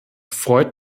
freut